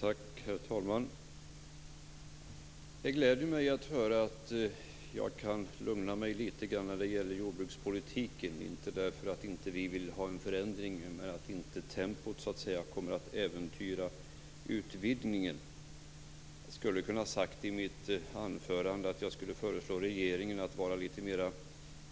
Herr talman! Det gläder mig att höra att jag kan lugna mig litet grand när det gäller jordbrukspolitiken - inte därför att vi inte vill ha en förändring, men därför att tempot inte kommer att äventyra utvidgningen. Jag skulle i mitt anförande ha kunnat föreslå regeringen att vara litet mer